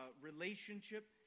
relationship